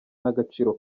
n’agaciro